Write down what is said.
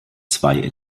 zwei